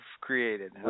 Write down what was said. created